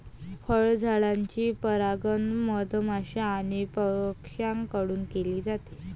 फळझाडांचे परागण मधमाश्या आणि पक्ष्यांकडून केले जाते